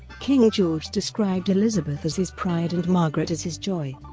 king george described elizabeth as his pride and margaret as his joy.